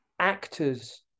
actors